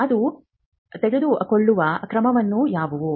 ಅದು ತೆಗೆದುಕೊಳ್ಳುವ ಕ್ರಮಗಳು ಯಾವುವು